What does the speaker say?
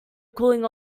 cooling